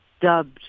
dubbed